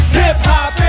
hip-hop